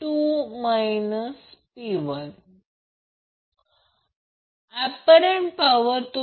28 milliampere असेल आणि 1 cos inverse 0